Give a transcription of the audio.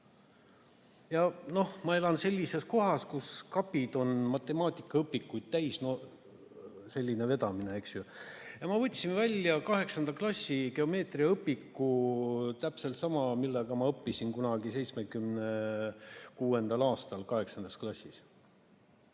Mina elan sellises kohas, kus kapid on matemaatikaõpikuid täis. Vedamine, eks ju. Ma võtsin välja kaheksanda klassi geomeetriaõpiku, täpselt sama, mille järgi ma õppisin 1976. aastal kaheksandas klassis.